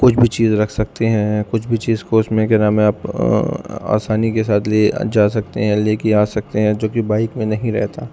کچھ بھی چیز رکھ سکتے ہیں کچھ بھی چیز کو اس میں کیا نام ہے آپ آسانی کے ساتھ لے جا سکتے ہیں یا لے کے آ سکتے ہیں جوکہ بائک میں نہیں رہتا